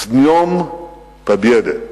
סְניוֹם פּאבְּיֶדֶה,